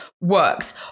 works